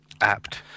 apt